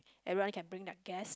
everyone can bring their guest